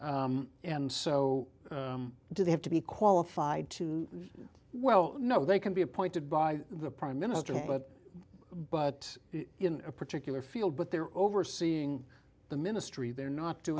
ok and so do they have to be qualified to well know they can be appointed by the prime minister but but in a particular field but they're overseeing the ministry they're not